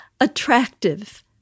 attractive